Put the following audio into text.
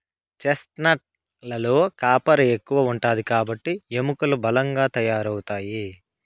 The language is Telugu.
చెస్ట్నట్ లలో కాఫర్ ఎక్కువ ఉంటాది కాబట్టి ఎముకలు బలంగా తయారవుతాయి